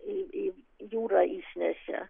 į į jūrą išnešė